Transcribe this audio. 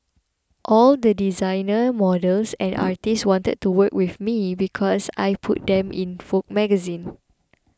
all the designers models and artists wanted to work with me because I could put them in Vogue magazine